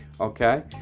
Okay